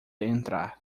entrar